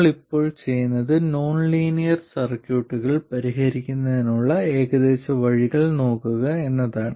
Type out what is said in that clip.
നമ്മൾ ഇപ്പോൾ ചെയ്യുന്നത് നോൺലീനിയർ സർക്യൂട്ടുകൾ പരിഹരിക്കുന്നതിനുള്ള ഏകദേശ വഴികൾ നോക്കുക എന്നതാണ്